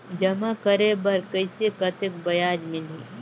जमा करे बर कइसे कतेक ब्याज मिलही?